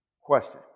Question